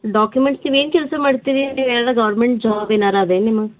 documents ನೀವೇನು ಕೆಲಸ ಮಾಡ್ತೀರಿ ನೀವು ಏನಾರು ಗೌರ್ಮೆಂಟ್ ಜಾಬ್ ಏನಾರು ಅದೆ ಏನು ನಿಮ್ಮ